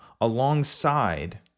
alongside